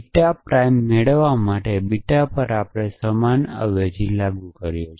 beta prime મેળવવા માટે beta પર સમાન અવેજી લાગુ કરો